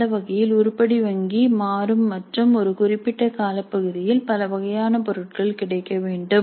அந்த வகையில் உருப்படி வங்கி மாறும் மற்றும் ஒரு குறிப்பிட்ட காலப்பகுதியில் பலவகையான பொருட்கள் கிடைக்க வேண்டும்